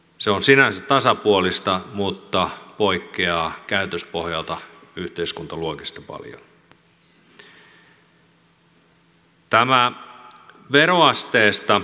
se on sinänsä tasapuolista mutta poikkeaa käytöspohjaltaan yhteiskuntaluokissa paljon